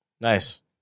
Nice